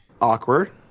Awkward